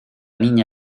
niña